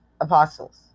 apostles